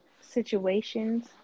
situations